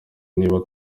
niba